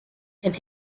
and